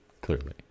clearly